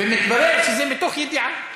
ומתברר שזה מתוך ידיעה.